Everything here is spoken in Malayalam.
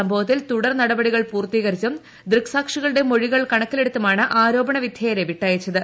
സംഭവത്തിൽ തുടർ നടപടികൾ പൂർത്തീകരിച്ചും ദുക്ട്സാക്ഷികളുടെ മൊഴികൾ കണക്കിലെടു ത്തുമാണ് ആരോപണ വിധേയരെ വിട്ടയച്ചത്